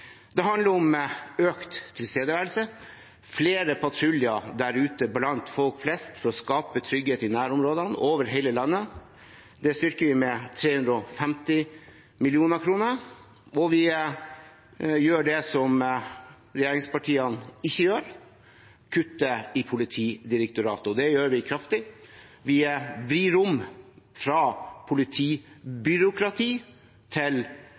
Det handler om økt tilstedeværelse og flere patruljer der ute blant folk flest for å skape trygghet i nærområdene og over hele landet. Det styrker vi med 350 mill. kr. Vi gjør også det som regjeringspartiene ikke gjør: kutter i Politidirektoratet. Det gjør vi kraftig. Vi vrir om fra politibyråkrati til